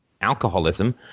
alcoholism